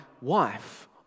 wife